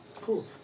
Cool